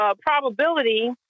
probability